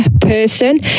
person